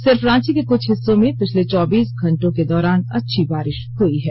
सिर्फ रांची के कुछ हिस्सों में पिछले चौबीस घंटों के दौरान अच्छी बारिश हुई है